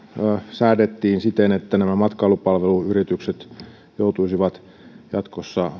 säädettiin siten että nämä matkailupalveluyritykset joutuisivat jatkossa